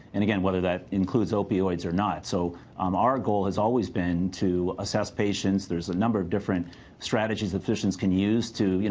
and, again, whether that includes opioids or not. so um our goal has always been to assess patients. there is a number of different strategies physicians can use to, you